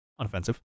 unoffensive